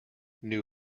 new